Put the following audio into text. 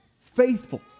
faithful